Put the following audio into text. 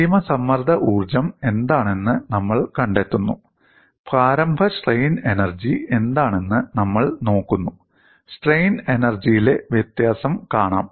അന്തിമ സമ്മർദ്ദ ഊർജ്ജം എന്താണെന്ന് നമ്മൾ കണ്ടെത്തുന്നു പ്രാരംഭ സ്ട്രെയിൻ എനർജി എന്താണെന്ന് നമ്മൾ നോക്കുന്നു സ്ട്രെയിൻ എനർജിയിലെ വ്യത്യാസം കാണാം